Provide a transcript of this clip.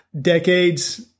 decades